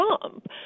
Trump